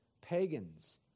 pagans